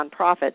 nonprofits